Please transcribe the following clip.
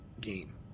game